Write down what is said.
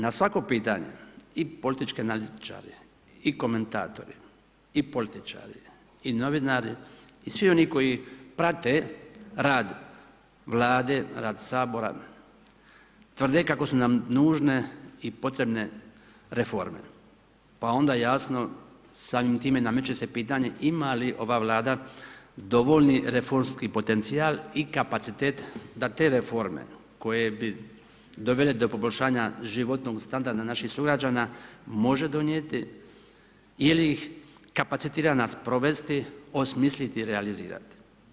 Na svako pitanje i politički analitičari i komentatori i političari i novinari i svi oni koji prate rad Vlade, rad Sabora tvrde kako su nam nužne i potrebne reforme pa onda jasno samim time nameće se pitanje ima li ova Vlada dovoljni reformski potencijal i kapacitet da te reforme koje bi dovele do poboljšanja životnog standarda naših sugrađana može donijeti ili ih kapacitirana sprovesti, osmisliti i realizirati.